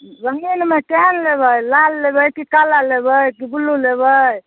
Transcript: रन्गीनमे केहन लेबै लाल लेबै कि काला लेबै कि ब्लू लेबै